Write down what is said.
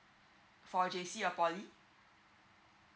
for J_C or poly